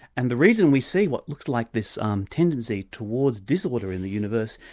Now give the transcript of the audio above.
and the reason we see what looks like this um tendency towards disorder in the universe,